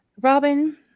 Robin